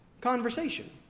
conversation